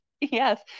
yes